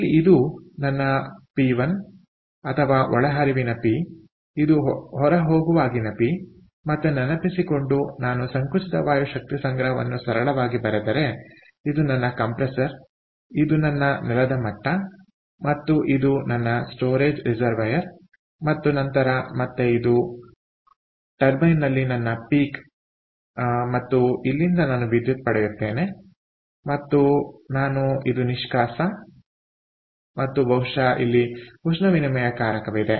ಇಲ್ಲಿ ಇದು ನನ್ನ ಪಿ1 ಅಥವಾ ಒಳಹರಿವಿನ ಪಿಇದು ಹೊರ ಹೋಗುವಾಗಿನ ಪಿ ಮತ್ತೆ ನೆನಪಿಸಿಕೊಂಡು ನಾನು ಸಂಕುಚಿತ ವಾಯು ಶಕ್ತಿ ಸಂಗ್ರಹವನ್ನು ಸರಳವಾಗಿ ಬರೆದರೆ ಇದು ನನ್ನ ಕಂಪ್ರೆಸರ್ ಇದು ನನ್ನ ನೆಲದ ಮಟ್ಟ ಮತ್ತು ಇದು ನನ್ನ ಸ್ಟೋರೇಜ್ ರಿಸರ್ವೖಯರ್ಮತ್ತು ನಂತರ ಮತ್ತೆ ಇದು ಟರ್ಬೈನ್ ನಲ್ಲಿ ನನ್ನ ಪೀಕ್ ಮತ್ತು ಇಲ್ಲಿಂದ ನಾನು ವಿದ್ಯುತ್ ಪಡೆಯುತ್ತೇನೆ ಮತ್ತು ನಾನು ಇದು ನಿಷ್ಕಾಸ ಮತ್ತು ಬಹುಶಃ ಇಲ್ಲಿ ಉಷ್ಣವಿನಿಮಯಕಾರಕವಿದೆ